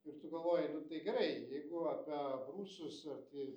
ir tu galvoji nu tai gerai jeigu ape abrūsus ar ti